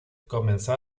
comenzó